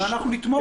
אנחנו נתמוך בזה.